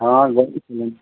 हाँ ज़रूर चलेंगे